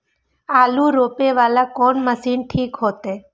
आलू रोपे वाला कोन मशीन ठीक होते?